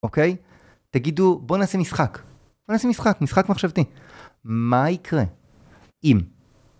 אוקיי? תגידו, בוא נעשה משחק. בוא נעשה משחק, משחק מחשבתי. מה יקרה, אם,